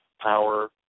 power